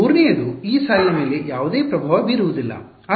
ಮೂರನೆಯದು ಈ ಸಾಲಿನ ಮೇಲೆ ಯಾವುದೇ ಪ್ರಭಾವ ಬೀರುವುದಿಲ್ಲ